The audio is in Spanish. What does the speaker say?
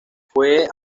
fue